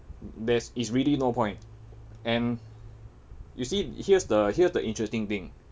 there's it's really no point and you see here's the here's the interesting thing